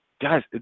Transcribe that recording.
Guys